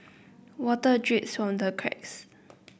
water from the cracks